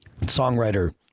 songwriter